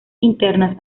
internas